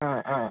ആ ആ